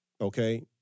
okay